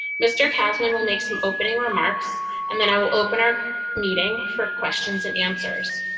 mr. kasman will make some opening remarks and then i will open our meeting for questions and answers.